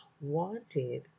wanted